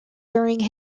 during